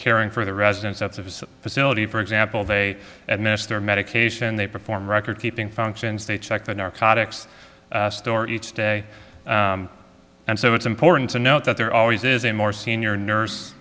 caring for the residents of his facility for example they administer medication they perform recordkeeping functions they check the narcotics store each day and so it's important to note that there always is a more senior nurse